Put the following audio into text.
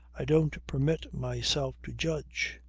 i don't permit myself to judge.